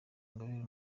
ingabire